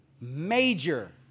major